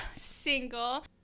Single